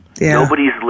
Nobody's